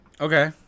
Okay